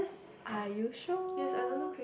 are you sure